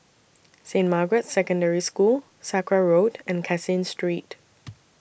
Saint Margaret's Secondary School Sakra Road and Caseen Street